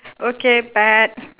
okay